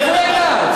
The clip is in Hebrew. איפה היא הייתה?